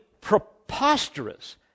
preposterous